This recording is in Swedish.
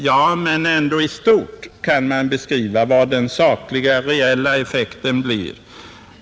Ja, men i stort kan man ändå objektivt beskriva vilken den reella effekten blir.